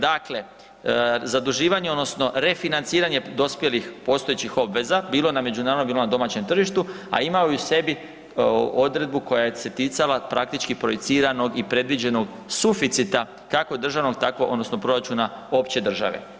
Dakle, zaduživanje odnosno refinanciranje dospjelih postojećih obveza, bilo na međunarodnom, bilo na domaćem tržištu, a imao je u sebi odredbu koja se ticala praktički projiciranog i predviđenog suficita, kako državnog tako odnosno proračuna opće države.